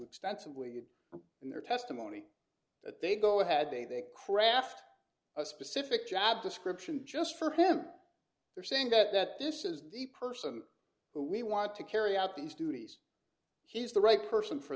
extensively could in their testimony that they go ahead they craft a specific job description just for him they're saying that this is the person who we want to carry out these duties he's the right person for